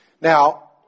Now